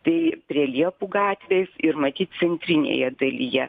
bei prie liepų gatvės ir matyt centrinėje dalyje